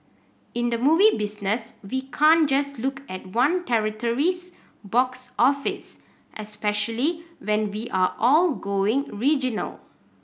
in the movie business we can't just look at one territory's box office especially when we are all going regional